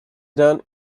done